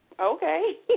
okay